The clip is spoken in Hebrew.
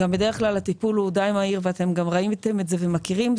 בדרך כלל הטיפול הוא די מהיר ואתם גם ראיתם את זה ומכירים.